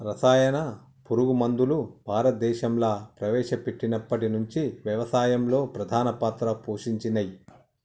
రసాయన పురుగు మందులు భారతదేశంలా ప్రవేశపెట్టినప్పటి నుంచి వ్యవసాయంలో ప్రధాన పాత్ర పోషించినయ్